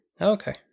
Okay